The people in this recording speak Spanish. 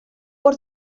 por